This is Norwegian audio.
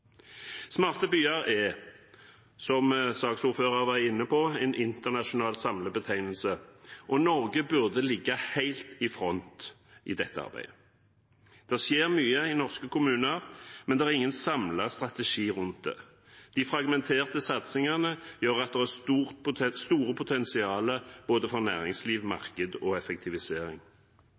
Smarte byer er, som saksordføreren var inne på, en internasjonal samlebetegnelse. Norge burde ligge helt i front i dette arbeidet. Det skjer mye i norske kommuner, men det er ingen samlet strategi for det. De fragmenterte satsingene gjør at det er et stort potensial for både næringsliv, marked og effektivisering.